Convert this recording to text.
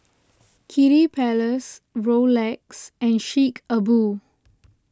Kiddy Palace Rolex and Chic A Boo